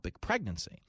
pregnancy